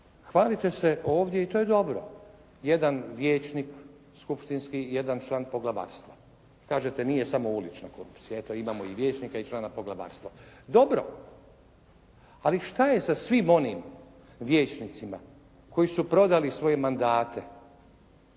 Hvalite se ovdje i to je dobro, jedan vijećnik skupštinski i jedan član poglavarstva. Kažete nije samo ulična korupcija. Eto imamo i vijećnika i člana poglavarstva. Dobro. Ali šta je sa svim onim vijećnicima koji su prodali svoje mandate?